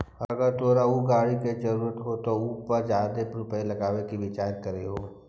अगर तोरा ऊ गाड़ी के जरूरत हो तबे उ पर जादे रुपईया लगाबे के विचार करीयहूं